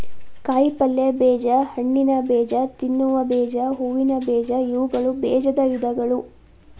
ಕಾಯಿಪಲ್ಯ ಬೇಜ, ಹಣ್ಣಿನಬೇಜ, ತಿನ್ನುವ ಬೇಜ, ಹೂವಿನ ಬೇಜ ಇವುಗಳು ಬೇಜದ ವಿಧಗಳು